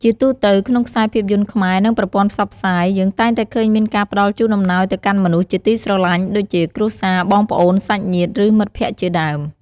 ជាទូទៅ ក្នុងខ្សែភាពយន្តខ្មែរ និង ប្រព័ន្ធផ្សព្វផ្សាយ យើងតែងតែឃើញមានការផ្ដល់ជូនអំណោយទៅកាន់មនុស្សជាទីស្រឡាញ់ ដូចជា គ្រួសារ បងប្អូន សាច់ញាតិ ឬ មិត្តភក្តិជាដើម។